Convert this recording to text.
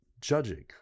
judging